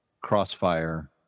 crossfire